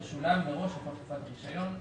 תשולם מראש לכל תקופת הרישיון".